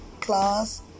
class